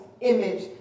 image